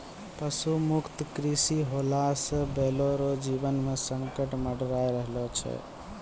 पशु मुक्त कृषि होला से बैलो रो जीवन मे संकट मड़राय रहलो छै